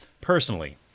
personally